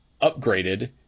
upgraded